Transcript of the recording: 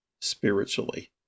spiritually